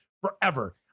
forever